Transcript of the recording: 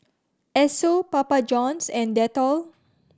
Esso Papa Johns and Dettol